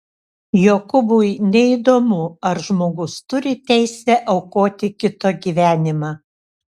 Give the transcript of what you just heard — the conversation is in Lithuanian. jokūbui neįdomu ar žmogus turi teisę aukoti kito gyvenimą